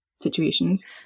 situations